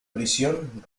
prisión